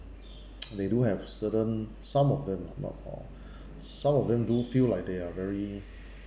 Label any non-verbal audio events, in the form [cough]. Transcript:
[noise] they do have certain some of them lah not all [breath] some of them do feel like they are very